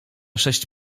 sześć